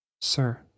Sir